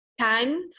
time